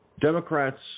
Democrats